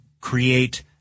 create